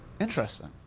interesting